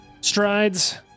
Strides